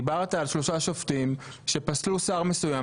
דיברת על שלושה שופטים שפסלו שר מסוים,